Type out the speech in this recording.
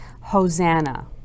Hosanna